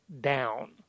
down